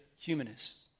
humanists